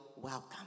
Welcome